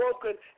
broken